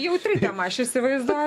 jautri tema aš įsivaizduo